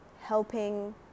helping